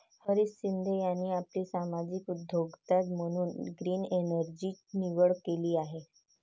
हरीश शिंदे यांनी आपली सामाजिक उद्योजकता म्हणून ग्रीन एनर्जीची निवड केली आहे